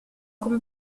come